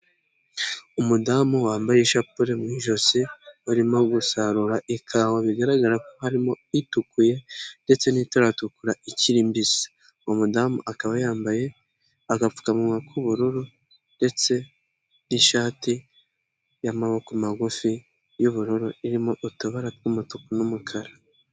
Umudamu wambaye ishapule mu ijosi barimo gusarura ikawa bigaragara ko harimo itukuye ndetse n'itaratukura ikiri mbisi. Uwo mudamu akaba yambaye agapfukamunwa k'ubururu, ndetse n'ishati y'amaboko magufi y'ubururu, irimo utubara twumutuku n'umukara.